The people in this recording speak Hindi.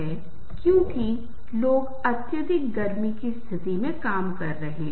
तो ये संगीत धारणा के संदर्भ में प्रासंगिक हैं